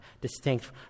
distinct